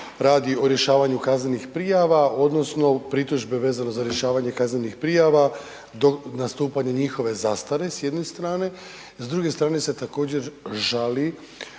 radi o rješavanju kaznenih prijava odnosno pritužbe vezano za rješavanje kaznenih prijava do nastupanja njihove zastare s jedne strane, s druge strane se također žali